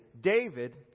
David